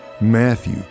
Matthew